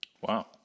Wow